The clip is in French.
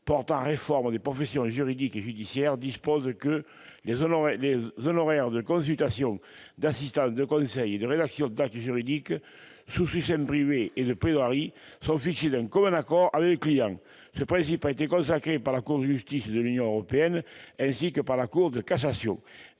portant réforme de certaines professions judiciaires et juridiques dispose que « les honoraires [...] de consultation, d'assistance, de conseil, de rédaction d'actes juridiques sous seing privé et de plaidoirie sont fixés en accord avec le client ». Ce principe a été consacré par la Cour de justice de l'Union européenne ainsi que par la Cour de cassation.